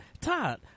Todd